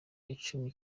icyuma